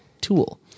tool